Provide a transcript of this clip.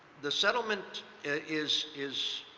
the settlement is is